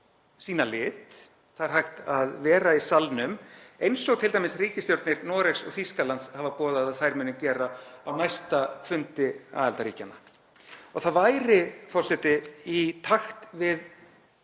sýna lit. Það er hægt að vera í salnum, eins og t.d. ríkisstjórnir Noregs og Þýskalands hafa boðað að þær muni gera á næsta fundi aðildarríkjanna. Það væri, forseti, í takt við